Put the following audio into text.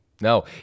no